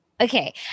Okay